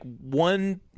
one